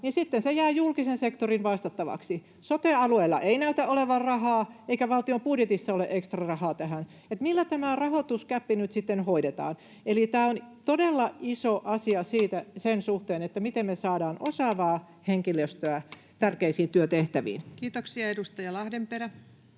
niin sitten se jää julkisen sektorin vastattavaksi. Sote-alueilla ei näytä olevan rahaa eikä valtion budjetissa ole ekstrarahaa tähän, eli millä tämä rahoitusgäppi nyt sitten hoidetaan? Tämä on todella iso asia sen suhteen, miten me saadaan osaavaa henkilöstöä tärkeisiin työtehtäviin. Kiitoksia. — Edustaja Lahdenperä.